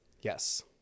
Yes